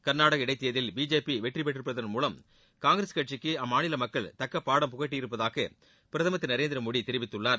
கர்நாடக இடைத்தேர்தலில் பிஜேபி வெற்றிபெற்றிருப்பதன் மூலம் காங்கிரஸ் கட்சிக்கு அம்மாநில மக்கள் தக்க பாடம் புகட்டியிருப்பதாக பிரதமர் திரு நரேந்திரமோடி தெரிவித்துள்ளார்